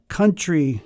country